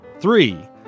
Three